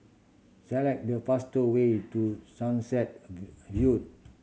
select the faster way to Sunset View